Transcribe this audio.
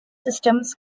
systems